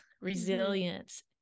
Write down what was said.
resilience